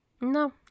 No